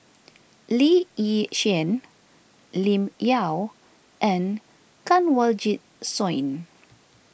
Lee Yi Shyan Lim Yau and Kanwaljit Soin